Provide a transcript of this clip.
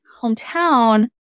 hometown